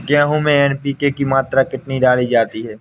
गेहूँ में एन.पी.के की मात्रा कितनी डाली जाती है?